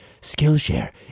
Skillshare